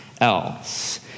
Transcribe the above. else